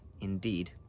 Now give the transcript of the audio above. indeed